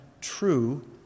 true